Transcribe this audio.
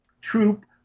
Troop